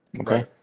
okay